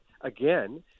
again